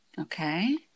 Okay